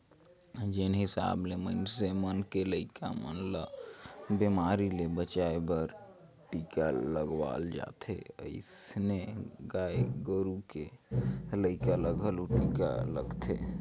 जेन हिसाब ले मनइसे मन के लइका मन ल बेमारी ले बचाय बर टीका लगवाल जाथे ओइसने गाय गोरु के लइका ल घलो टीका लगथे